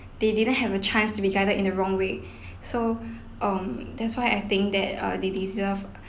they didn't have a chance to be guided in the wrong way so um that's why I think that err they deserve